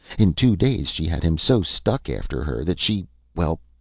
in two days she had him so stuck after her that she well,